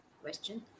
question